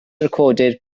recorded